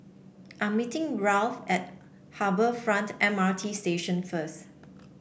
I'm meeting Ralph at Harbour Front M R T Station first